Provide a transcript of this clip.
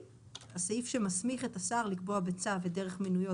הסעיף שמסמיך את השר לקבוע בצו את דרך מינויו,